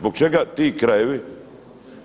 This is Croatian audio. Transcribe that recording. Zbog čega ti krajevi,